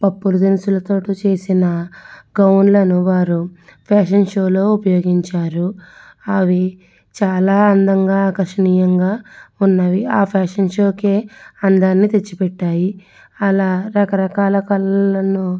పప్పుల దినుసులతోటి చేసిన గౌన్లను వారు ఫ్యాషన్ షోలో ఉపయోగించారు అవి చాలా అందంగా ఆకర్షనీయంగా ఉన్నాయి ఆ ఫ్యాషన్ షోకె అందాన్ని తెచ్చి పెట్టాయి అలా రకరకాల కళలను